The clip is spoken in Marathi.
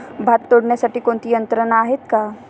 भात तोडण्यासाठी कोणती यंत्रणा आहेत का?